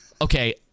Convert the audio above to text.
okay